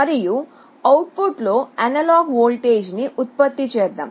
మరియు output లో analogue voltage ని ఉత్పత్తి చేద్దాం